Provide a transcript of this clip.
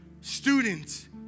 students